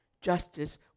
Justice